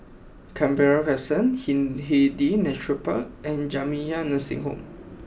Canberra Crescent Hindhede Nature Park and Jamiyah Nursing Home